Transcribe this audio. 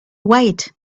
wait